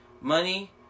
money